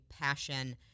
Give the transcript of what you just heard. passion